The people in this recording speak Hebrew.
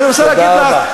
תודה רבה.